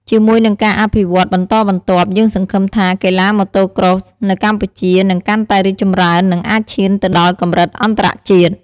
ជាមួយនឹងការអភិវឌ្ឍន៍បន្តបន្ទាប់ យើងសង្ឃឹមថាកីឡា Motocross នៅកម្ពុជានឹងកាន់តែរីកចម្រើន និងអាចឈានទៅដល់កម្រិតអន្តរជាតិ។